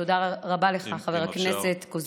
תודה רבה לך, חבר הכנסת קוז'ינוב.